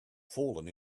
fallen